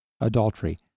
adultery